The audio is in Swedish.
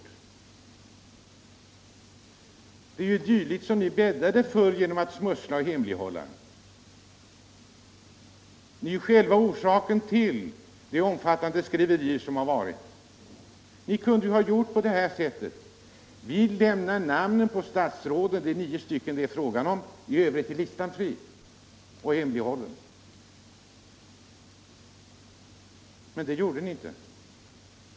Ni bäddade för de omfattande skriverier som förevarit genom att smussla och hemlighålla, och ni är själva orsaken till dem. Ni kunde i stället ha sagt till SAS: Vi lämnar namnen på statsråden. Det är nio stycken det är fråga om, och i Övrigt är listan hemligstämplad. Men så gjorde ni inte.